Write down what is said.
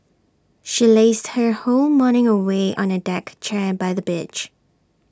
she lazed her whole morning away on A deck chair by the beach